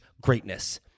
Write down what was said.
greatness